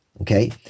okay